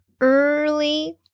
early